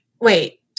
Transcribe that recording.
Wait